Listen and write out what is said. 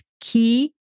key